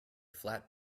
flat